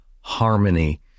harmony